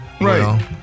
Right